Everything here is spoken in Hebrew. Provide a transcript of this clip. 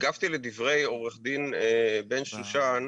הגבתי לדבי עורך דין בן שושן.